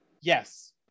Yes